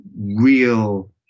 real